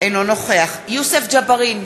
אינו נוכח יוסף ג'בארין,